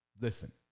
listen